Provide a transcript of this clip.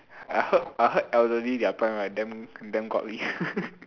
I heard I heard elderly their prime right damn damn godly